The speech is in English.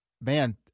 man